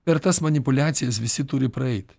per tas manipuliacijas visi turi praeit